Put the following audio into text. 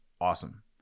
awesome